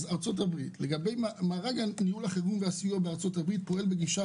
מארג ניהול החירום והסיוע בארצות הברית פועל בגישה